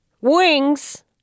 Wings